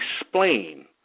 explain